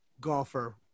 golfer